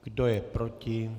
Kdo je proti?